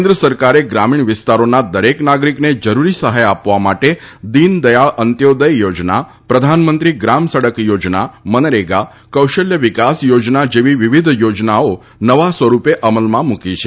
કેન્દ્ર સરકારે ગ્રામીણ વિસ્તારના દરેક નાગરિકને જરૂરી સહાય આપવા માટે દીન દયાળ અંત્યોદય યોજના પ્રધાનમંત્રી ગ્રામ સડક યોજના મનરેગા કૌશલ્ય વિકાસ યોજના જેવી વિવિધ યોજનાઓ નવા સ્વરૂપે અમલમાં મૂકી છે